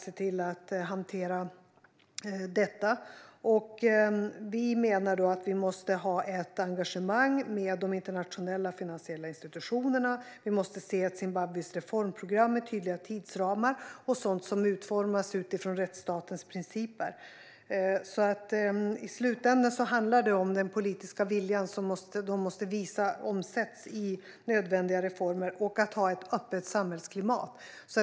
Det måste vara ett engagemang tillsammans med de internationella finansiella institutionerna, och Zimbabwes reformprogram måste ges tydliga tidsramar samt en utformning som sker utifrån rättsstatens principer. I slutändan handlar det om att den politiska viljan omsätts i nödvändiga reformer och att det finns ett öppet samhällsklimat.